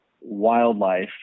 wildlife